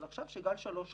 אבל עכשיו כשגל שלוש עולה,